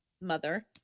mother